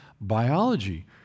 biology